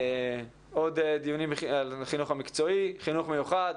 עוד דיונים על החינוך המקצועי, חינוך מיוחד.